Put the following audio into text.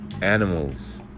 animals